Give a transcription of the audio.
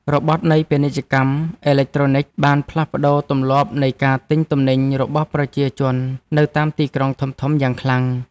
របត់នៃពាណិជ្ជកម្មអេឡិចត្រូនិកបានផ្លាស់ប្តូរទម្លាប់នៃការទិញទំនិញរបស់ប្រជាជននៅតាមទីក្រុងធំៗយ៉ាងខ្លាំង។